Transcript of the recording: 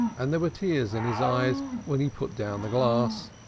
and there were tears in his eyes when he put down the glass.